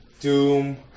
doom